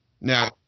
Now